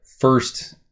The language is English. first